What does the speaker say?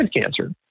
cancer